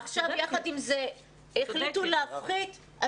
עכשיו החליטו להפחית,